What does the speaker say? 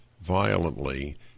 violently